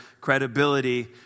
credibility